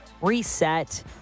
reset